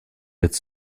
jetzt